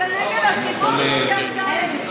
אתה נגד הציבור, דודי אמסלם?